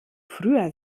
früher